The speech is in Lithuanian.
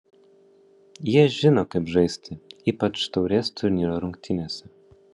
jie žino kaip žaisti ypač taurės turnyro rungtynėse